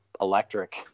electric